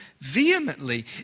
vehemently